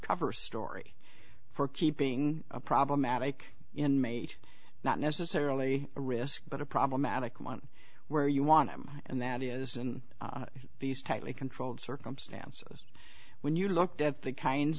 cover story for keeping a problematic inmate not necessarily a risk but a problematic one where you want him and that is and these tightly controlled circumstances when you looked at the kinds